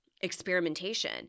Experimentation